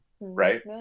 right